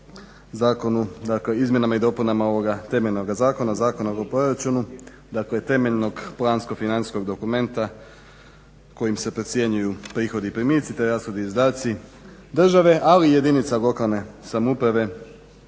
raspravljati o izmjenama i dopunama ovoga temeljnoga zakona, Zakona o proračunu dakle temeljnog plansko-financijskog dokumenta kojim se procjenjuju prihodi i primici te rashodi i izdaci države ali i jedinica lokalne samouprave